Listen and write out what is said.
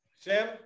Sam